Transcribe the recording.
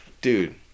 Dude